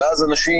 ואז אנשים,